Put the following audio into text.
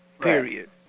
period